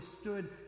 stood